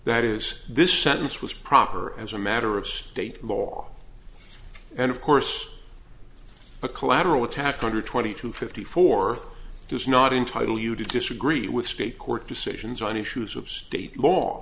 that is this sentence was proper as a matter of state law and of course a collateral attack under twenty two fifty four does not entitle you to disagree with state court decisions on issues of state law